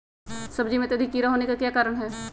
सब्जी में अत्यधिक कीड़ा होने का क्या कारण हैं?